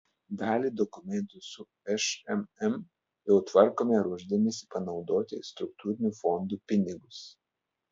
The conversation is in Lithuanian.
dalį dokumentų su šmm jau tvarkome ruošdamiesi panaudoti struktūrinių fondų pinigus